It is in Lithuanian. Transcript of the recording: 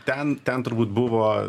ten ten turbūt buvo